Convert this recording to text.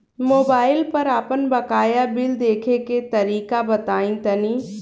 Mobile पर आपन बाकाया बिल देखे के तरीका बताईं तनि?